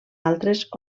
altres